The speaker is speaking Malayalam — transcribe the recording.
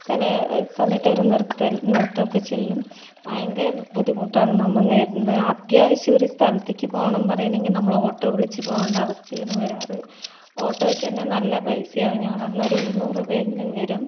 ചില സമയത്ത് അവര് നിർത്ത് നിർത്തുവൊക്കെ ചെയ്യും ഭയങ്കര ബുദ്ധിമുട്ടാണ് നമ്മൾ നേരിടുന്നത് അത്യാവശ്യം ഒരു സ്ഥലത്തേക്ക് പോകണം പറയണമെങ്കിൽ നമ്മള് ഓട്ടോ വിളിച്ച് പോകണ്ട അവസ്ഥയാണ് വരാറ് ഓട്ടോയ്ക്ക് തന്നെ നല്ല പൈസയാകും ഞങ്ങളുടെ ഇവിടുന്നു ഒരു ഇരുന്നൂറ് രൂപയെങ്കിലും വരും